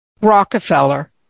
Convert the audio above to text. Rockefeller